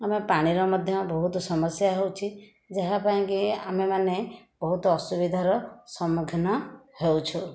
ଆମେ ପାଣିର ମଧ୍ୟ ବହୁତ ସମସ୍ୟା ହେଉଛି ଯାହା ପାଇଁକି ଆମେମାନେ ବହୁତ ଅସୁବିଧାର ସମ୍ମୁଖୀନ ହେଉଛୁ